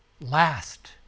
last